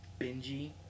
Benji